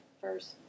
first